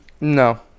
No